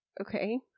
Okay